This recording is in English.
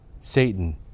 Satan